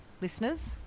listeners